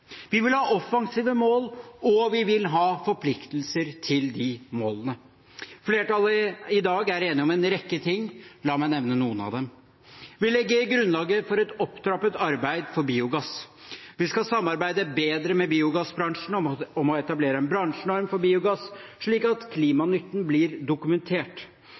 Vi vil ha offensive mål, og vi vil ha forpliktelser til de målene. Flertallet i dag er enige om en rekke ting. La meg nevne noen av dem. Vi legger grunnlaget for et opptrappet arbeid for biogass. Vi skal samarbeide bedre med biogassbransjen om å etablere en bransjenorm for biogass, slik at klimanytten blir dokumentert.